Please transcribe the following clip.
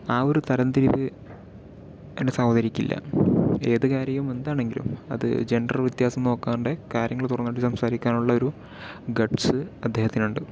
ആ ഒരു തരം തിരിവ് എൻ്റെ സഹോദരിക്കില്ല ഏത് കാര്യവും എന്താണെങ്കിലും അത് ജൻഡർ വ്യത്യാസം നോക്കാണ്ട് കാര്യങ്ങള് തുറന്നടിച്ച് സംസാരിക്കാനുള്ള ഒരു ഗട്ട്സ് അദ്ദേഹത്തിനുണ്ട്